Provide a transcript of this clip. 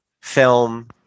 film